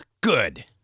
Good